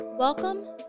Welcome